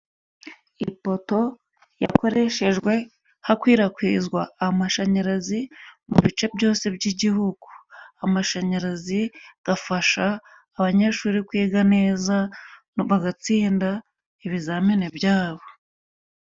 Ipoto yakoreshejwe hakwirakwizwa amashanyarazi mu bice byose by'igihugu. Amashanyarazi gafasha abanyeshuri kwiga neza, bagatsinda ibizamini byabo.